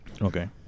Okay